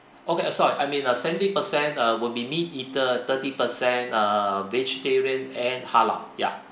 okay uh sorry I mean uh seventy percent uh will be meat eater thirty percent err vegetarian and halal ya